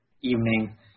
evening